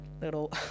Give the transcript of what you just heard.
little